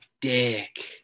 dick